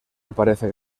aparece